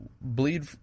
Bleed